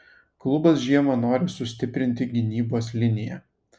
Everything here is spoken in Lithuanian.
klubas žiemą nori sustiprinti gynybos liniją